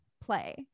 play